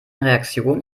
reaktion